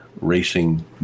racing